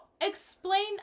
explain